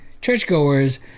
churchgoers